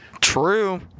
True